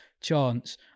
chance